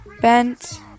bent